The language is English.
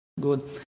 Good